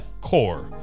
Core